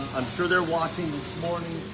i'm sure they're watching this morning.